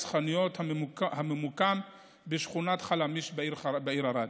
חנויות הממוקם בשכונת חלמיש בעיר ערד.